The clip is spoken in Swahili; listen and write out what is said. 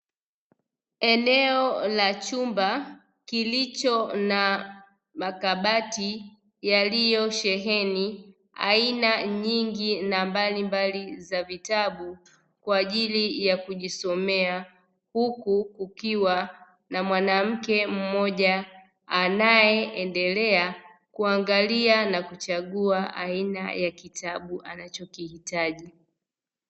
Eneo la chumba, kilicho na makabati yaliyosheheni aina nyingi na mbalimbali za vitabu kwa ajili ya kujisomea, huku kukiwa na mwanamke mmoja anayeendelea kuangalia na kuchagua aina ya kitabu anachokihitaji.